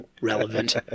relevant